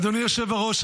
אדוני היושב-ראש,